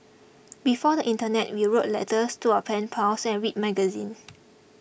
before the internet we wrote letters to our pen pals and read magazines